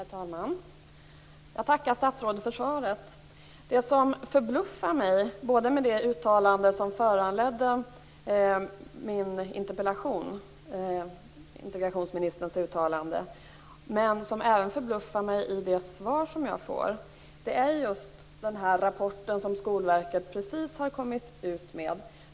Herr talman! Jag tackar statsrådet för svaret. Det som förbluffar mig både i det uttalande från integrationsministern som föranledde min interpellation och i det svar som jag får är just den rapport som Skolverket precis har kommit ut med.